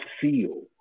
feel